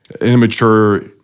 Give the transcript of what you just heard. immature